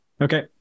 Okay